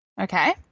Okay